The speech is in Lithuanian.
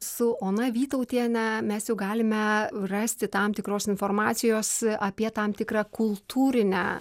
su ona vytautiene mes jau galime rasti tam tikros informacijos apie tam tikrą kultūrinę